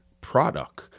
product